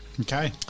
Okay